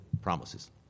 promises